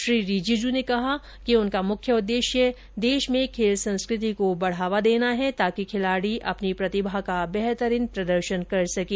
श्री रिजिजू ने कहा है कि उनका मुख्य उद्देश्य देश में खेल संस्कृति को बढ़ावा देना है ताकि खिलाड़ी अपनी प्रतिभा का बेहतरीन प्रदर्शन कर सकें